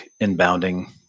inbounding